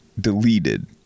deleted